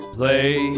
play